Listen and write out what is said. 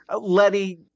Letty